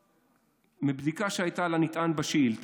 מבדיקה שהייתה לנטען בשאילתה,